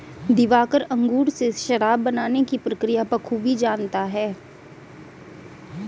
दिवाकर अंगूर से शराब बनाने की प्रक्रिया बखूबी जानता है